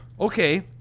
Okay